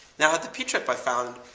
now, at the p-trip i found,